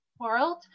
world